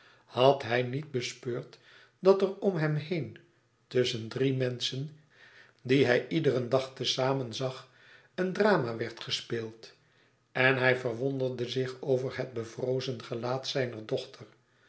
had hij niet bespeurd dat er om hem heen tusschen drie menschen die hij iederen dag te zamen zag een drama werd gespeeld en hij verwonderde zich over het bevrozen gelaat zijner dochter